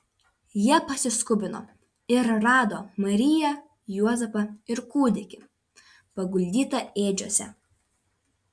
jie pasiskubino ir rado mariją juozapą ir kūdikį paguldytą ėdžiose